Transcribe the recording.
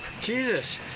Jesus